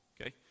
okay